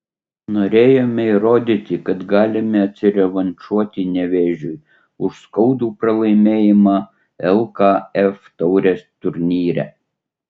norėjome įrodyti kad galime atsirevanšuoti nevėžiui už skaudų pralaimėjimą lkf taurės turnyre